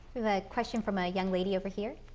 question from a young lady over here.